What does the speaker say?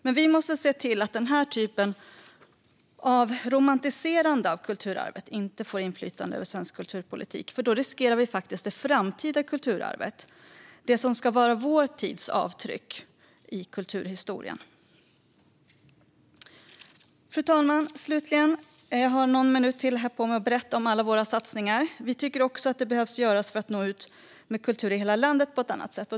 Men vi måste se till att den typen av romantiserande av kulturarvet inte får inflytande över svensk kulturpolitik. För annars riskerar vi faktiskt det framtida kulturarvet, det som ska vara vår tids avtryck i kulturhistorien. Fru talman! Vi tycker också att det behöver göras mer för att nå ut med kultur i hela landet på ett annat sätt.